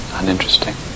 uninteresting